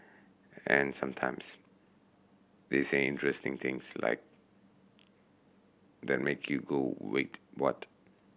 and sometimes they say interesting things like that make you go wait what